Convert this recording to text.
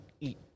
eat